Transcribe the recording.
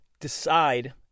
decide